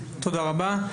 תודה רבה.